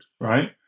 Right